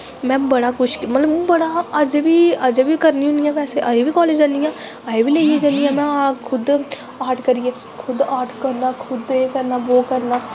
में बड़ा कुश मतलव बड़ा अज़ें बी करनी होन्नी आं अज़ें बी कालेज़ जन्नी आं अजैं बी में लेईयै जन्नियां आर्ट करियै खुध्द आर्ट करनां खुद एह् करनां बो करनां